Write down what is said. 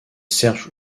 serge